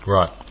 Right